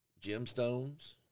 Gemstones